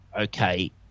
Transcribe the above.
okay